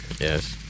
Yes